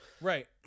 Right